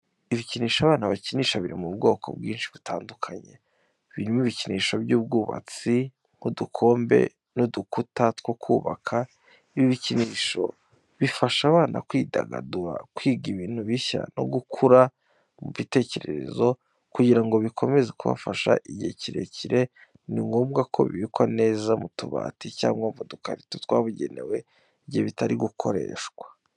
Ibikinisho abana bakinisha biri mu bwoko bwinshi butandukanye, birimo ibikinisho by'ubwubatsi nk'udukombe n'udukuta two kubaka. Ibi bikinisho bifasha abana kwidagadura, kwiga ibintu bishya no gukura mu bitekerezo. Kugira ngo bikomeze kubafasha igihe kirekire, ni ngombwa ko bibikwa neza mu tubati, cyangwa mu dukarito twabugenewe igihe bitari gukoreshwa.